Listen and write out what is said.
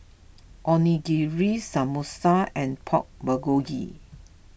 Onigiri Samosa and Pork Bulgogi